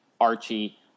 archie